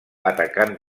atacant